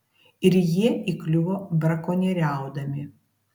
ir jie įkliuvo brakonieriaudami